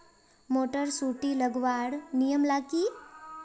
Motor सुटी लगवार नियम ला की?